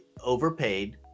overpaid